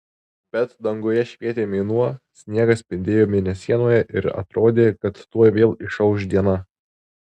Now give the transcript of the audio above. bet danguje švietė mėnuo sniegas spindėjo mėnesienoje ir atrodė kad tuoj vėl išauš diena